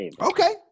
okay